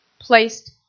placed